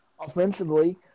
offensively